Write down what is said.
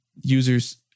users